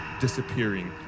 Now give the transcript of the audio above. disappearing